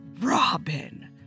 Robin